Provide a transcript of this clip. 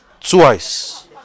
twice